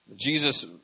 Jesus